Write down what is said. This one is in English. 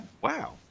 Wow